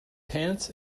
pants